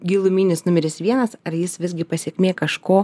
giluminis numeris vienas ar jis visgi pasekmė kažko